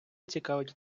цікавить